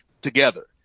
together